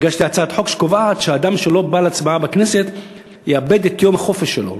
הגשתי הצעת חוק שקובעת שאדם שלא בא להצבעה בכנסת יאבד את יום החופש שלו,